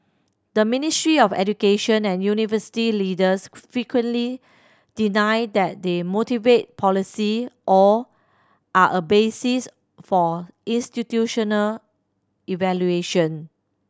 the Ministry of Education and university leaders frequently deny that they motivate policy or are a basis for institutional evaluation